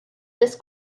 this